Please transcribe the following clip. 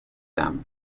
them